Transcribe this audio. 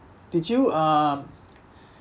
did you um